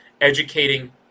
educating